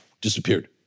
Disappeared